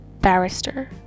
barrister